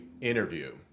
interview